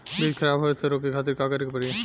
बीज खराब होए से रोके खातिर का करे के पड़ी?